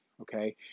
okay